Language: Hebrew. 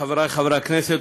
חברי חברי הכנסת,